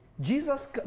Jesus